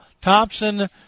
Thompson